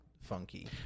funky